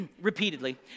repeatedly